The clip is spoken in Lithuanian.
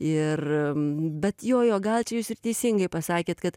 ir bet jo jo gal čia jūs ir teisingai pasakėt kad